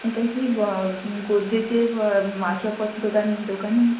এটা কি গোদরেজের আসবাবপত্রের দোকান দোকান